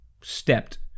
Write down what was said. stepped